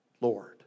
Lord